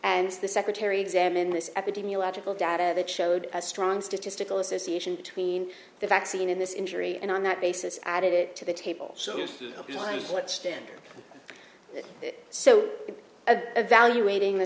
and the secretary examine this epidemiological data that showed a strong statistical association between the vaccine in this injury and on that basis add it to the table applying what standard so a valuating the